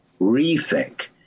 rethink